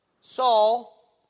Saul